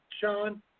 Sean